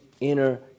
inner